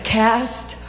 cast